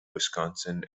wisconsin